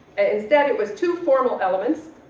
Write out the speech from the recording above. instead it was two formal elements,